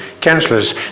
councillors